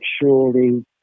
surely